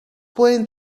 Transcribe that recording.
pueden